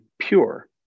pure